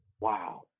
wow